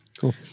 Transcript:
Cool